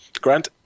Grant